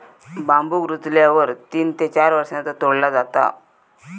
बांबुक रुजल्यावर तीन ते चार वर्षांनंतर तोडला जाता